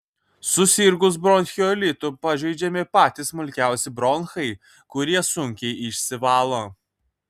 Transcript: susirgus bronchiolitu pažeidžiami patys smulkiausi bronchai kurie sunkiai išsivalo